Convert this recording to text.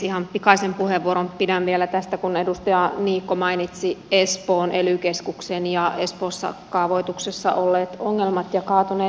ihan pikaisen puheenvuoron pidän vielä tästä kun edustaja niikko mainitsi espoon ely keskuksen ja espoossa kaavoituksessa olleet ongelmat ja kaatuneet kaavat